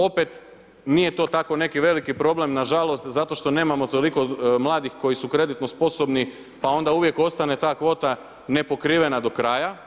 Opet, nije to tako neki veliki problem nažalost, zato što nemamo toliko mladih koji su kreditno sposobni, pa onda uvijek ostane ta kvota nepokrivena do kraja.